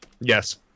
Yes